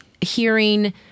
hearing